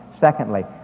Secondly